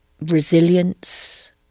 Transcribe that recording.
resilience